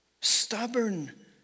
Stubborn